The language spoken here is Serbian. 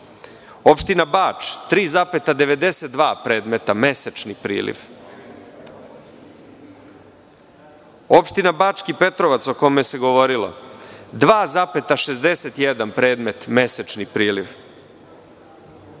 Opština Bač – 3,92 predmeta mesečni priliv. Opština Bački Petrovac – 2,61 predmet mesečni priliv.